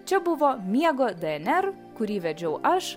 čia buvo miego dnr kurį vedžiau aš